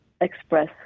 express